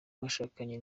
mwashakanye